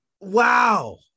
wow